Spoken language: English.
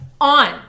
on